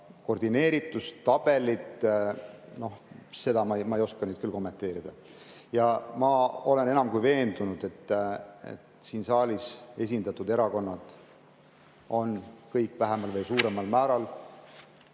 koordineeritustabelit ma ei oska küll kommenteerida. Ma olen enam kui veendunud, et siin saalis esindatud erakonnad on kõik vähemal või suuremal määral